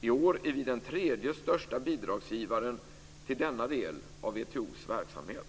I år är Sverige den tredje största bidragsgivaren till denna del av WTO:s verksamhet.